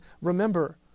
Remember